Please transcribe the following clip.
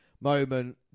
moment